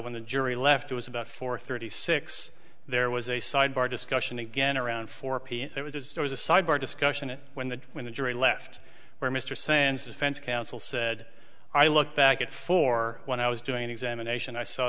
when the jury left it was about four thirty six there was a sidebar discussion again around four pm there was there was a sidebar discussion it when the when the jury left where mr sands defense counsel said i look back at four when i was doing an examination i saw